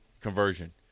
conversion